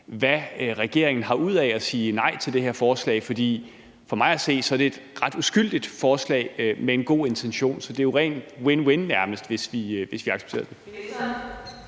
hvad regeringen har ud af sige nej til det her forslag. For for mig at se er det et ret uskyldigt forslag med en god intention. Så det er jo nærmest ren win-win, hvis vi accepterer det.